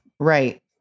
Right